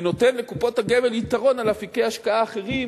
ונותן לקופות הגמל יתרון על אפיקי השקעה אחרים,